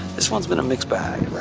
this one's been a mixed bag,